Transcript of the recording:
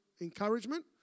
encouragement